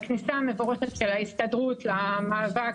הכניסה המבורכת של ההסתדרות למאבק,